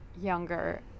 younger